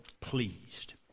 pleased